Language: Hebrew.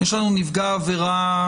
יש לנו נפגע עבירה